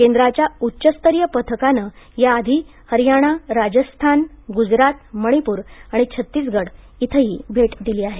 केंद्राच्या उच्चस्तरीय पथकानं या आधी हरियाणा राजस्थान गुजरात मणिपूर आणि छत्तीसगड इथंही भेट दिली आहे